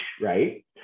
right